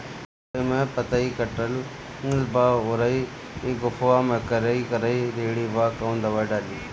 मकई में पतयी कटल बा अउरी गोफवा मैं करिया करिया लेढ़ी बा कवन दवाई डाली?